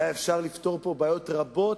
אפשר היה לפתור פה בעיות רבות,